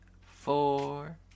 four